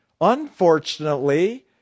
Unfortunately